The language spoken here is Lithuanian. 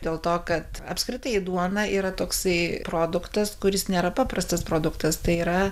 dėl to kad apskritai duona yra toksai produktas kuris nėra paprastas produktas tai yra